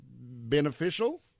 beneficial